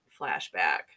flashback